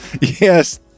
yes